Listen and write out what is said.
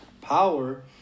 power